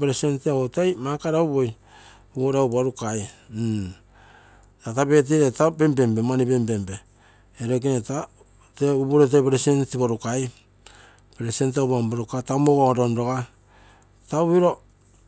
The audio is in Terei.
plate egu toi porukai birthday tata manipenpenpe, eeroikene tata present ogo porukai, tamu ogo ronroga.